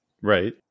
Right